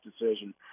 decision